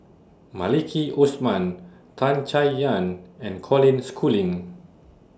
Maliki Osman Tan Chay Yan and Colin Schooling